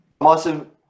awesome